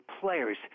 players